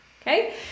okay